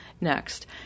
next